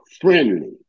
friendly